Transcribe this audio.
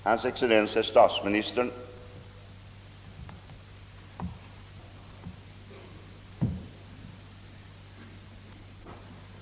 Ordet lämnades härefter på begäran till